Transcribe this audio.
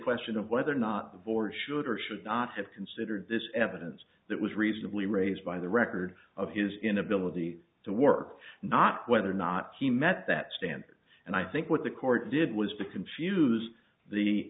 question of whether or not the board should or should not have considered this evidence that was reasonably raised by the record of his inability to work not whether or not he met that standard and i think what the court did was to confuse the